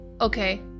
Okay